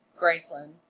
Graceland